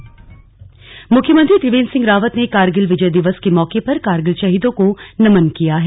कारगिल दिवस मुख्यमंत्री त्रिवेन्द्र सिंह रावत ने कारगिल विजय दिवस के मौके पर कारगिल शहीदों को नमन किया है